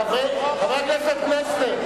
חבר הכנסת פלסנר,